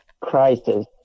crisis